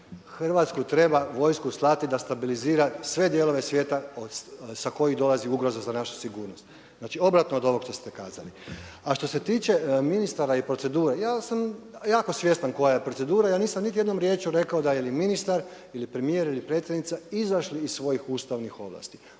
Hrvatsku treba vojsku slati da stabilizira sve dijelove svijeta sa kojih dolazi ugroza za našu sigurnost. Znači obratno od ovog što ste kazali. A što se tiče ministara i procedure ja sam jako svjestan koja je procedura. Ja nisam niti jednom riječju rekao da ili ministar ili premijer ili predsjednica izašli iz svojih ustavnih ovlasti.